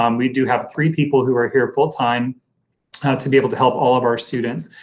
um we do have three people who are here full-time to be able to help all of our students,